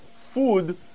food